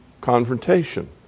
confrontation